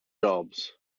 jobs